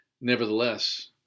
Nevertheless